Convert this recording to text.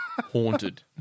haunted